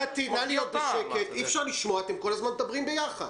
אתם כל הזמן מדברים ביחד.